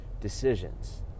decisions